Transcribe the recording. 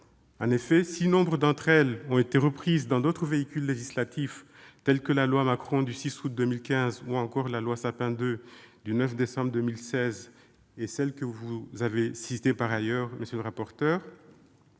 En effet, si nombre d'entre elles ont été reprises dans d'autres véhicules législatifs, tels que la loi Macron du 6 août 2015, la loi Sapin II du 9 décembre 2016 ou d'autres textes que vous avez également cités, monsieur le rapporteur,